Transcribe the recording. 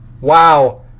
Wow